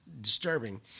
disturbing